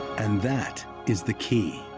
and that is the key.